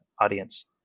audience